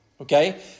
Okay